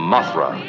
Mothra